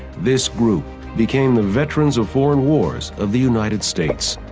this group became the veterans of foreign wars of the united states.